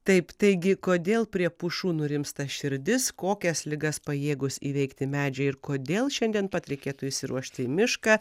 taip taigi kodėl prie pušų nurimsta širdis kokias ligas pajėgūs įveikti medžiai ir kodėl šiandien pat reikėtų išsiruošti į mišką